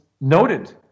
noted